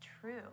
true